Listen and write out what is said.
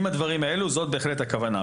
עם הדברים האלו זאת בהחלט הכוונה.